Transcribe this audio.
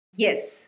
Yes